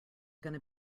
gonna